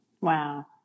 Wow